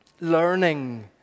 Learning